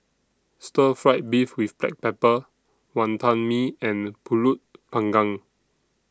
Stir Fried Beef with Black Pepper Wantan Mee and Pulut Panggang